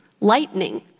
lightning